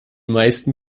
meisten